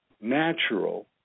natural